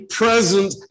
present